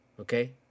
Okay